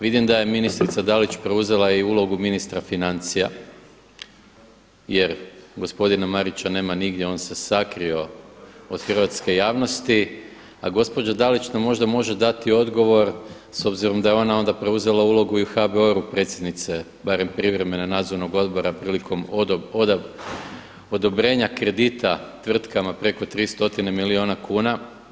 Vidim da je ministrica Dalić preuzela i ulogu ministra financija jer gospodina Marića nema nigdje on se sakrio od hrvatske javnosti, a gospođa Dalić, nam možda može dati odgovor s obzirom da je onda ona preuzela i ulogu u HBOR-u predsjednice, barem privremene Nadzornog odbora prilikom odobrenja kredita tvrtkama preko 300 milijuna kuna.